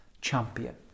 champion